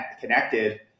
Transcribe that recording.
connected